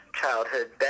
childhood